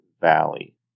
Valley